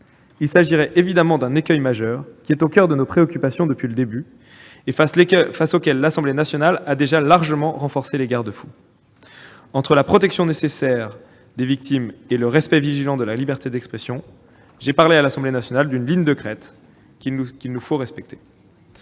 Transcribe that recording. Il s'agirait évidemment d'un écueil majeur, qui est au coeur de nos préoccupations depuis le début et contre lequel l'Assemblée nationale a déjà largement renforcé les garde-fous. Entre la protection nécessaire des victimes et le respect vigilant de la liberté d'expression, j'ai parlé à l'Assemblée nationale d'une ligne de crête qu'il nous faut respecter.